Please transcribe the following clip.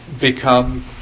become